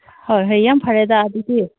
ꯍꯣꯏ ꯍꯣꯏ ꯌꯥꯝ ꯐꯔꯦꯗ ꯑꯗꯨꯗꯤ